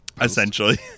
Essentially